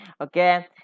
Okay